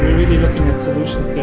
looking at solutions